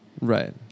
Right